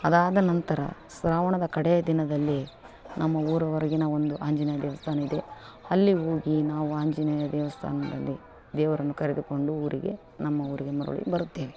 ಅದಾದನಂತರ ಶ್ರಾವಣದ ಕಡೆಯ ದಿನದಲ್ಲಿ ನಮ್ಮ ಊರು ಹೊರಗಿನ ಒಂದು ಆಂಜನೇಯ ದೇವಸ್ಥಾನ ಇದೆ ಅಲ್ಲಿ ಹೋಗಿ ನಾವು ಆಂಜನೇಯ ದೇವಸ್ಥಾನದಲ್ಲಿ ದೇವರನ್ನು ಕರೆದುಕೊಂಡು ಊರಿಗೆ ನಮ್ಮ ಊರಿಗೆ ಮರಳಿ ಬರುತ್ತೇವೆ